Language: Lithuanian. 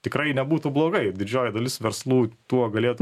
tikrai nebūtų blogai didžioji dalis verslų tuo galėtų